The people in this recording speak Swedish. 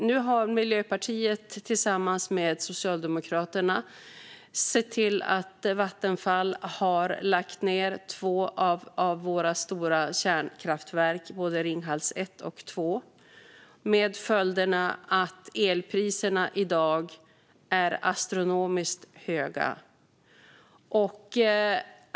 Nu har Miljöpartiet tillsammans med Socialdemokraterna sett till att Vattenfall har lagt ned två av våra stora kärnkraftverk, Ringhals 1 och 2, med följden att elpriserna i dag är astronomiskt höga.